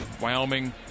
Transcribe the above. Wyoming